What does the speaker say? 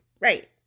Right